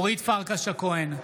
אורית פרקש הכהן,